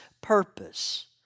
purpose